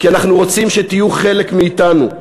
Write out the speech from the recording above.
כי אנחנו רוצים שתהיו חלק מאתנו.